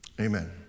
amen